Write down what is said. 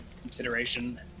consideration